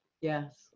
yes